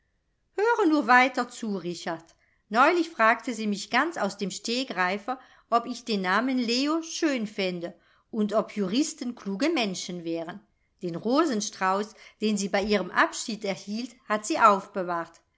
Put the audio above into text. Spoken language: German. höre nur weiter zu richard neulich fragte sie mich ganz aus dem stegreife ob ich den namen leo schön fände und ob juristen kluge menschen wären den rosenstrauß den sie bei ihrem abschied erhielt hat sie aufbewahrt